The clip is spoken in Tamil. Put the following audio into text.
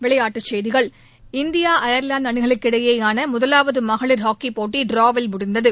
விளையாட்டுச் செய்திகள் இந்தியா அயா்லாந்து அணிகளுக்குஇடையேயான முதலாவது மகளிர் ஹாக்கிப் போட்டி ட்டிராவில் முடிவடைந்தது